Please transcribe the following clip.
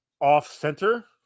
off-center